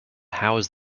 house